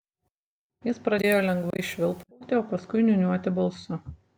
jis pradėjo lengvai švilpauti o paskui niūniuoti balsu